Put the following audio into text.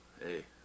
Hey